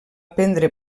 prendre